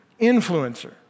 influencer